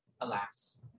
Alas